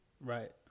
Right